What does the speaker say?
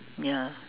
ya